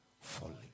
falling